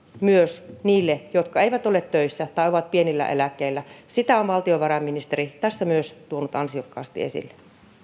myös niille jotka eivät ole töissä tai ovat pienillä eläkkeillä sitä on valtiovarainministeri tässä myös tuonut ansiokkaasti esille